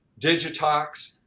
Digitox